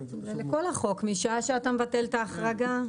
זה לכל החוק משעה שאתה מבטל את ההחרגה.